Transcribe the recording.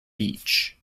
beach